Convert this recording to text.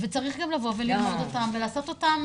וצריך גם לבוא וללמוד אותם ולעשות אותם